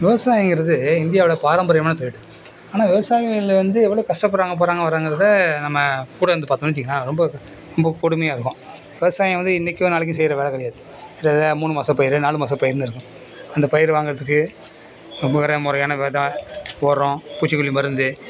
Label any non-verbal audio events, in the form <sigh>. விவசாயிங்கிறது இந்தியாவில் பாரம்பரியமான தொழில் ஆனால் விவசாயிங்கலேருந்து எவ்வளோ கஷ்டபடுறாங்க போகிறாங்க வராங்கங்கிறத நம்ம கூட இருந்து பார்த்தோன்னு வச்சிங்களன் ரொம்ப ரொம்ப கொடுமையாக இருக்கும் விவசாயம் வந்து இன்னக்கோ நாளைக்கோ செய்கிற வேலை கிடையாது கிட்டத்தட்ட மூணு மாச பயிர் நாலு மாத பயிருன்னு இருக்கும் அந்த பயிர் வாங்கிறதுக்கு <unintelligible> முறையான விதை உரோம் பூச்சிக்கொல்லி மருந்து